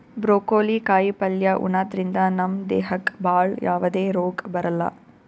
broccoli ಕಾಯಿಪಲ್ಯ ಉಣದ್ರಿಂದ ನಮ್ ದೇಹಕ್ಕ್ ಭಾಳ್ ಯಾವದೇ ರೋಗ್ ಬರಲ್ಲಾ